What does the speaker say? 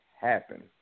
happen